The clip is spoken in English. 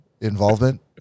involvement